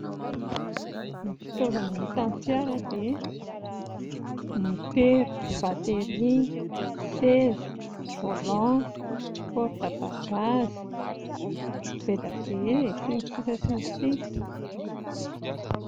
Ny fitaovana hita amin'ny fiara dia motera, batery, seza, volant, porte bagazy, be dia be e, sy ny sisa sy ny sisa